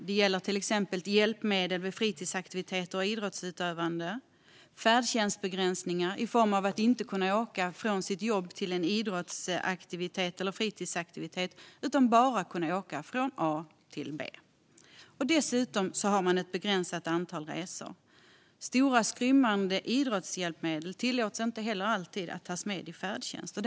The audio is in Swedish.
Det gäller till exempel tillgång till hjälpmedel vid fritidsaktiviteter och idrottsutövande och färdtjänstbegränsningar i form av att inte kunna åka från jobb till fritids eller idrottsaktivitet utan bara från jobb till hemmet. Dessutom har man ett begränsat antal resor. Stora, skrymmande idrottshjälpmedel tillåts inte alltid heller att tas med i färdtjänsten.